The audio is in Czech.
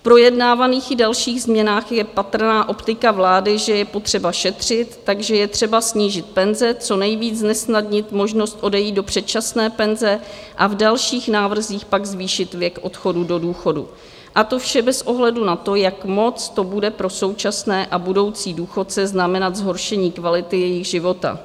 V projednávaných i dalších změnách je patrná optika vlády, že je potřeba šetřit, takže je třeba snížit penze, co nejvíc znesnadnit možnost odejít do předčasné penze a v dalších návrzích pak zvýšit věk odchodu do důchodu, a to vše bez ohledu na to, jak moc to bude pro současné a budoucí důchodce znamenat zhoršení kvality jejich života.